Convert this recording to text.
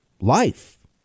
life